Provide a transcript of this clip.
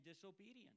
disobedience